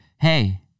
Hey